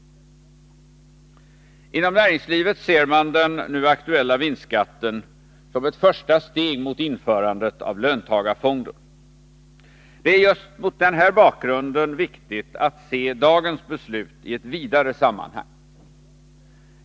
Inom näringslivet ser man den nu aktuella vinstskatten som ett första steg motinförandet av löntagarfonder. Det är just mot den bakgrunden viktigt att se dagens beslut i ett vidare sammanhang.